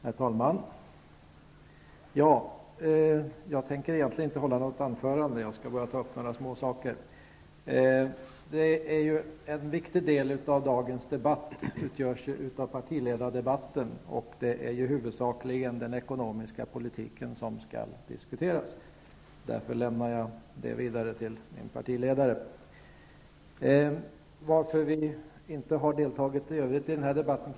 Herr talman! Jag tänker inte hålla ett långt anförande. Jag skall bara ta upp några små saker. En viktig del av dagens debatt utgörs av partiledardebatten, och det är huvudsakligen den ekonomiska politiken som skall diskueras där. Därför överlämnar jag den till min partiledare. Vi har i övrigt inte deltagit i den här debatten.